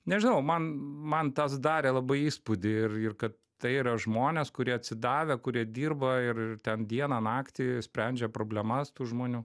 nežinau man man tas darė labai įspūdį ir ir kad tai yra žmonės kurie atsidavę kurie dirba ir ten dieną naktį sprendžia problemas tų žmonių